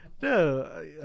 No